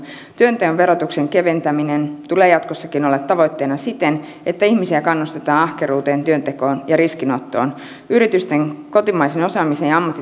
työnteon verotuksen keventämisen tulee jatkossakin olla tavoitteena siten että ihmisiä kannustetaan ahkeruuteen työntekoon ja riskinottoon yritysten kotimaisen osaamisen ja